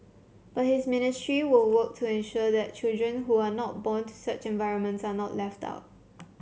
but his ministry will work to ensure that children who are not born to such environments are not left out